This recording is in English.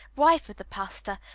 wife of the pastor,